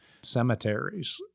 cemeteries